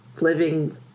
living